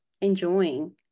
enjoying